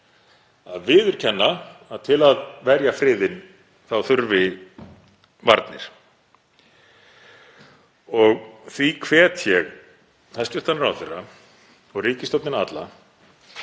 að viðurkenna að til að verja friðinn þá þurfi varnir. Því hvet ég hæstv. ráðherra og ríkisstjórnina alla